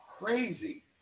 crazy